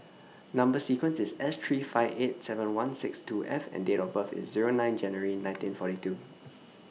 Number sequence IS S three five eight seven one six two F and Date of birth IS Zero nine January nineteen forty two